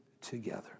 together